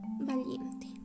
valiente